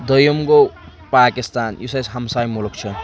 دوٚیِم گوٚو پاکِستان یُس اَسہِ ہمساے مُلُک چھُ